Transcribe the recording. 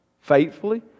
faithfully